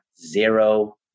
zero